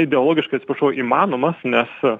ideologiškai atsiprašau įmanomas nes